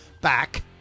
back